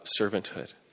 servanthood